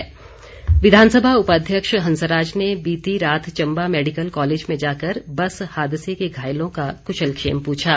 हंसराज विधानसभा उपाध्यक्ष हंसराज ने बीती रात चंबा मैडिकल कॉलेज में जाकर बस हादसे के घायलों का कुशलक्षेम पूछा